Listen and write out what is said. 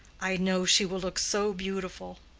i know she will look so beautiful.